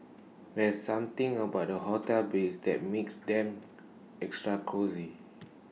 there's something about hotel beds that makes them extra cosy